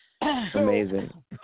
amazing